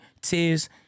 tears